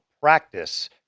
practice